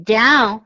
Down